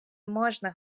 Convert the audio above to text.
можна